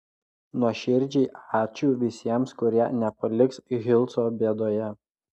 nuoširdžiai ačiū visiems kurie nepaliks hilso bėdoje